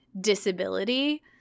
disability